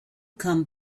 come